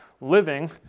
Living